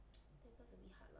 ten plus a bit hard lah